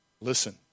Listen